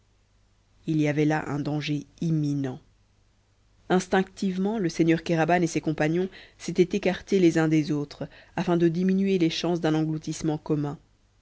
il y avait là un danger imminent instinctivement le seigneur kéraban et ses compagnons s'étaient écartés les uns des autres afin de diminuer les chances d'un engloutissement commun